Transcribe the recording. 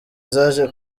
zaje